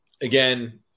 again